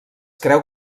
creu